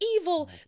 evil